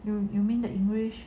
you you mean the english